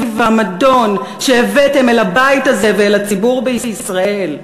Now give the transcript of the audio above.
והמדון שהבאתם אל הבית הזה ואל הציבור בישראל.